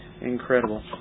Incredible